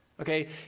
okay